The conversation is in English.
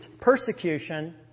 persecution